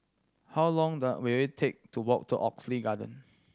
how long will it take to walk to Oxley Garden